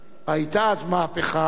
היתה אז מהפכה,